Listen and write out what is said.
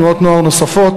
תנועות נוער נוספות,